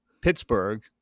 Pittsburgh